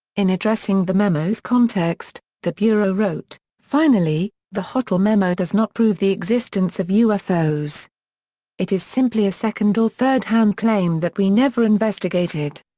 in addressing the memo's context, the bureau wrote, finally, the hottel memo does not prove the existence of ufos it is simply a second or third-hand claim that we never investigated.